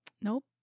Nope